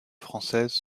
françaises